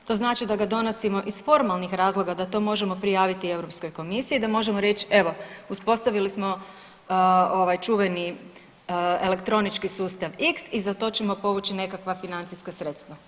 To znači da ga donosimo iz formalnih razloga da to možemo prijaviti Europskoj komisiji, da možemo reći evo uspostavili smo ovaj čuveni elektronički sustav x i za to ćemo povući nekakva financijska sredstva.